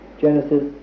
Genesis